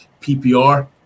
PPR